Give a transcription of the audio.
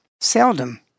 seldom